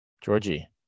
Georgie